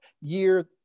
year